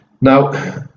Now